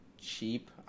cheap